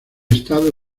estado